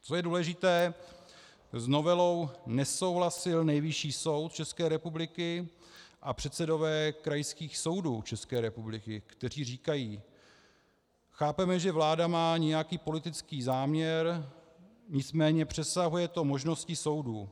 Co je důležité, s novelou nesouhlasil Nejvyšší soud České republiky a předsedové krajských soudů České republiky, kteří říkají: Chápeme, že vláda má nějaký politický záměr, nicméně přesahuje to možnosti soudů.